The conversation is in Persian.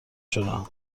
شدم